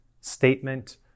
statement